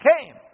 came